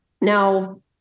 Now